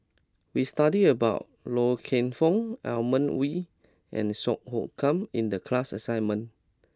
we studied about Loy Keng Foo Edmund Wee and Song Hoot Kiam in the class assignment